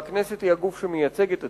והכנסת היא הגוף שמייצג את הציבור.